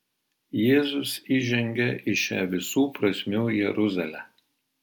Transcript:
jėzus įžengia į šią visų prasmių jeruzalę